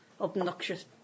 Obnoxious